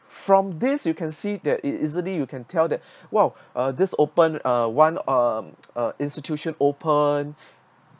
from this you can see that it easily you can tell that !wow! uh this open uh one um uh institution open